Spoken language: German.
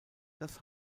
das